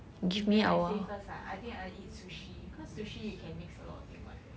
then I say first ah I think I eat sushi cause sushi you can mix a lot of thing what